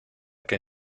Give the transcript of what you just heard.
que